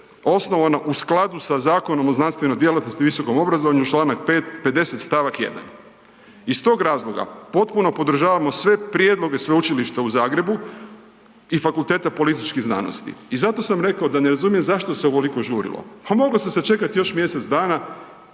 osnovano u skladu sa Zakonom o znanstvenoj djelatnosti i visokom obrazovanju, Članak 50. stavak 1., i iz tog razloga potpuno podržavamo sve prijedloge sveučilišta u Zagrebu i Fakulteta političkih znanosti. I zato sam rekao da ne razumijem zašto se ovoliko žurilo. Pa moglo se sačekati još mjesec dana,